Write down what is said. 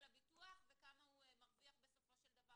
הביטוח וכמה הוא מרוויח בסופו של דבר,